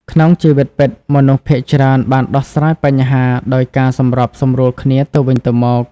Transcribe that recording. ក្នុងជីវិតពិត មនុស្សភាគច្រើនបានដោះស្រាយបញ្ហាដោយការសម្របសម្រួលគ្នាទៅវិញទៅមក។